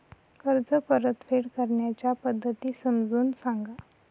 कर्ज परतफेड करण्याच्या पद्धती समजून सांगा